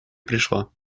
пришла